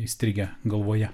įstrigę galvoje